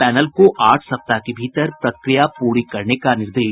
panel को आठ सप्ताह के भीतर प्रक्रिया पूरी करने का निर्देश